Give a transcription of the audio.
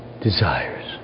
desires